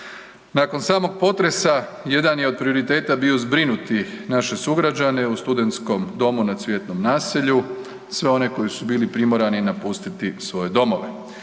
Nakon samog potresa jedan je od prioriteta bio zbrinuti naše sugrađane u Studentskom domu na Cvjetnom naselju, sve one koji su bili primorani napustiti svoje domove.